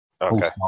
Okay